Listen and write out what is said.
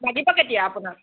লাগিব কেতিয়া আপোনাক